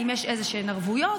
האם יש איזשהן ערבויות,